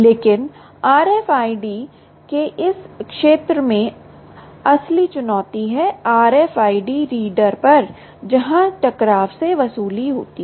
लेकिन RFID के इस क्षेत्र में असली चुनौती है RFID रीडर पर जहां टकराव से वसूली होती है